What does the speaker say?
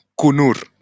Kunur